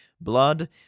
blood